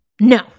No